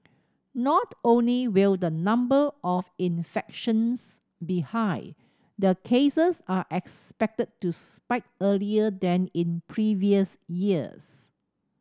not only will the number of infections be high the cases are expected to spike earlier than in previous years